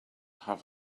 have